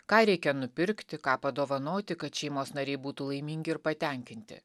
ką reikia nupirkti ką padovanoti kad šeimos nariai būtų laimingi ir patenkinti